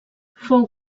fou